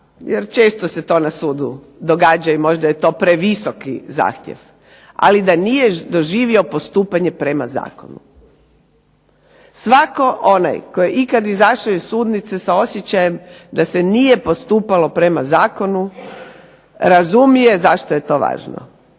jer često se to na sudu događa i možda je to previsoki zahtjev, ali da nije doživio postupanje prema zakonu. Svatko onaj tko je ikad izašao iz sudnice sa osjećajem da se nije postupalo prema zakonu razumije zašto je to važno.